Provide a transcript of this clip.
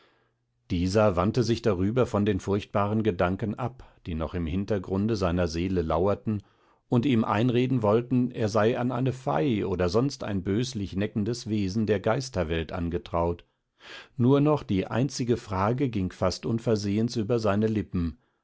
dieser wandte sich darüber von den furchtbaren gedanken ab die noch im hintergrunde seiner seele lauerten und ihm einreden wollten er sei an eine fei oder sonst ein böslich neckendes wesen der geisterwelt angetraut nur noch die einzige frage ging fast unversehens über seine lippen